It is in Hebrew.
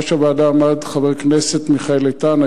בראש הוועדה עמד חבר הכנסת מיכאל איתן,